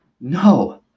no